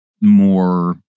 more